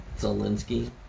Zelensky